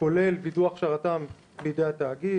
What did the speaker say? כולל ווידוי הכשרתם בידי התאגיד,